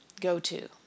go-to